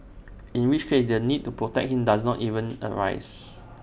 in which case the need to protect him does not even arise